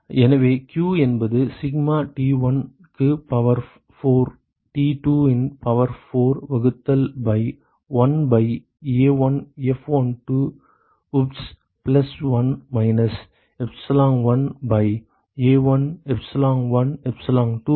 எனவே q என்பது sigma T1 க்கு பவர் 4 T2 இன் பவர் 4 வகுத்தல் பை 1 பை A1F12 உப்ஸ் plus 1 minus epsilon1 by A1 epsilon1 epsilon2 by A2 epsilon2